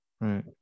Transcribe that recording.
Right